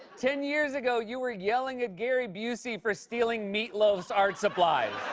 ten years ago, you were yelling at gary busey for stealing meat loaf's art supplies.